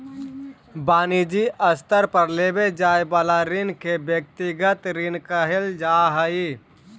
वनिजी स्तर पर लेवे जाए वाला ऋण के व्यक्तिगत ऋण कहल जा हई